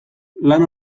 lan